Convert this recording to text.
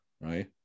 Right